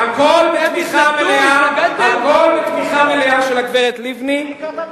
איפה היתה אז הגברת לבני?